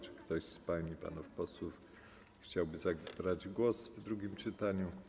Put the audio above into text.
Czy ktoś z pań i panów posłów chciałby zabrać głos w drugim czytaniu?